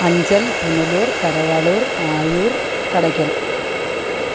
Anchal Punalur Karavalur Azhoor Kadakkal